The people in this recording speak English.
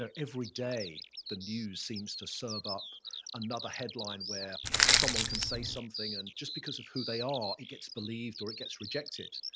every day the news seems to serve up another headline where someone can say something and just because of who they are, it gets believed or it gets rejected.